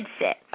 sit